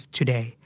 today